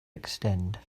extend